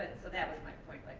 and so that was my point,